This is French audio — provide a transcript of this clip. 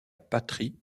patrie